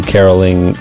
Caroling